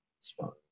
spot